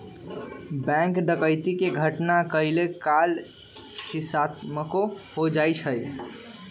bank डकैती के घटना कहियो काल हिंसात्मको हो जाइ छइ